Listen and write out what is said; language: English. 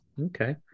Okay